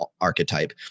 archetype